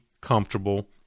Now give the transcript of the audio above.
comfortable